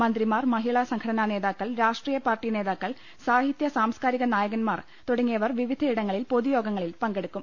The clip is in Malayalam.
മന്ത്രിമാർ മഹിളാ സംഘടനാ നേതാക്കൾ രാഷ്ട്രീയ പാർട്ടി നേതാക്കൾ സാഹിത്യ സാംസ്കാരിക നായകൻമാർ തുടങ്ങിയവർ വിവിധയിട ങ്ങളിൽ പൊതുയോഗങ്ങളിൽ പങ്കെടുക്കും